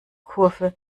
kurve